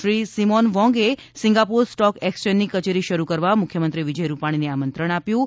Shri Simon વોંગે Singapore stock એકસયેંજની કચેરી શરૂ કરવા મુખ્યમંત્રી વિજય રૂપાણીને આમંત્રણ આપ્યું હતું